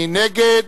מי נגד?